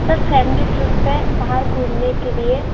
sir family trip है बाहर घूमने के लिए